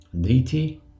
deity